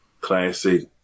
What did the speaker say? classic